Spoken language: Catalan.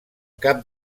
cap